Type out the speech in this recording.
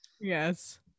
Yes